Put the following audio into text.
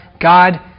God